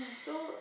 so